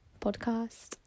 Podcast